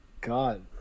God